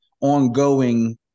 ongoing